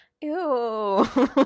Ew